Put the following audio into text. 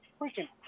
freaking